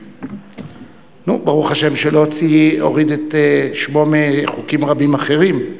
ברוך השם שלא הוריד את שמו מחוקים רבים אחרים,